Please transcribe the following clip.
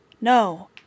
No